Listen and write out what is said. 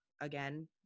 Again